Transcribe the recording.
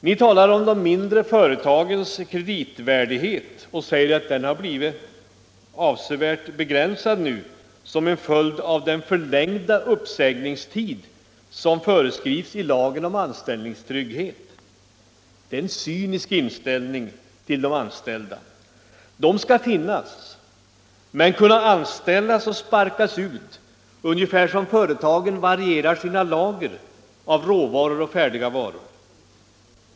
Ni talar om de mindre företagens kreditvärdighet och säger att den har blivit avsevärt begränsad nu som en följd av den förlängda uppsägningstid som föreskrivs i lagen om anställningstrygghet. Det är en cynisk inställning till de anställda. De skall finnas, men kunna anställas och sparkas ut ungefär som företagens lager av råvaror och färdiga varor varieras.